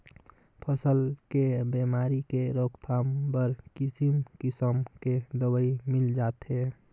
फसल के बेमारी के रोकथाम बर किसिम किसम के दवई मिल जाथे